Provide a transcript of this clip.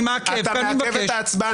אני מעכב כי אני מבקש --- אתה מעכב את ההצבעה.